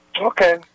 Okay